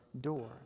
door